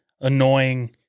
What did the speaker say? annoying